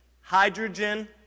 Hydrogen